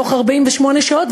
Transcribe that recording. בתוך 48 שעות,